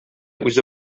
үзе